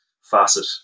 facet